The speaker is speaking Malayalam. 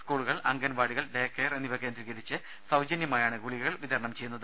സ്കൂളുകൾ അംഗൻവാടികൾ ഡേ കെയർ എന്നിവ കേന്ദ്രീകരിച്ച് സൌജന്യമായാണ് ഗുളികകൾ വിതരണം ചെയ്യുന്നത്